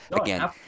again